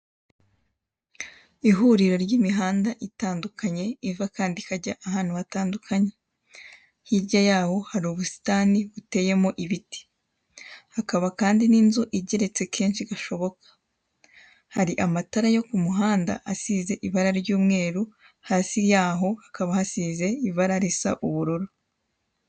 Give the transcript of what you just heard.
Ihuriro ry'imihanda iva kandi ikajya ahantu hatandukanye, hirya yaho hari ubusitani buteyemo ibiti hakaba kandi n'inzu igeretse gashoboka hari amatara yo k'umuhanda asize ibara ry'umweru hasi yaho hakaba hasize ibara risa ubururu.